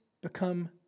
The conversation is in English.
become